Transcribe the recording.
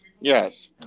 Yes